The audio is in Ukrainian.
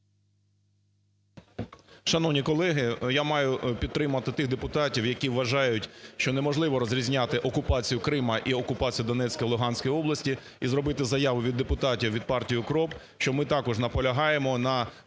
Шановні колеги, я маю підтримати тих депутатів, які вважають, що неможливо розрізняти окупацію Криму і окупацію Донецької і Луганської області і зробити заяву від депутатів від партії УКРОП, що ми також наполягаємо на